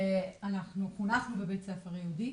ואנחנו חונכנו בבית ספר יהודי.